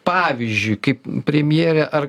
pavyzdžiui kaip premjerė ar